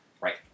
Right